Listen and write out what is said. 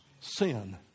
sin